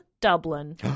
Dublin